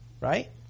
Right